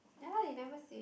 ya they never say